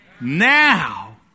Now